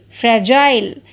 Fragile